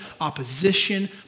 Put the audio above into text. opposition